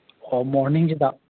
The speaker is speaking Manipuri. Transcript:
ꯑꯣ ꯃꯣꯔꯅꯤꯡꯁꯤꯗ